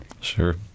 Sure